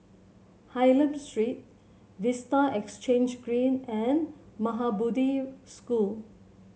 Hylam Street Vista Exhange Green and Maha Bodhi School